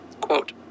quote